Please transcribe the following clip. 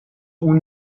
اون